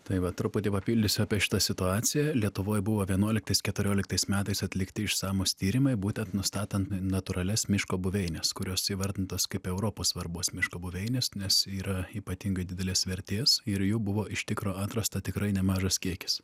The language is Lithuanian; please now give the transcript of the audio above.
tai va truputį papildysiu apie šitą situaciją lietuvoj buvo vienuoliktais keturioliktais metais atlikti išsamūs tyrimai būtent nustatant natūralias miško buveines kurios įvardintos kaip europos svarbos miško buveinės nes yra ypatingai didelės vertės ir jų buvo iš tikro atrasta tikrai nemažas kiekis